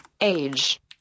Age